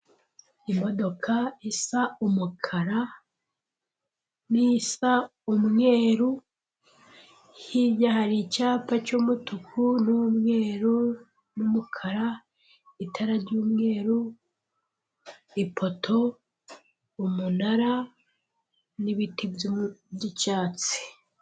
Imodoka isa umukara n'isa umweru. Hirya hari icyapa cy'umutuku n'umweru n'umukara itara ry'umweru, ipoto, umunara, n'ibiti by'icyatsi.